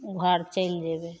घर चलि जएबै